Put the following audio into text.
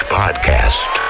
podcast